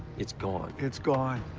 it's gone. it's gone.